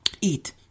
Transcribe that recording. eat